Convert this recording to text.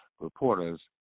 reporters